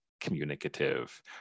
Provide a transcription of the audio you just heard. communicative